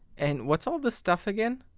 and what's all this stuff again?